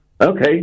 Okay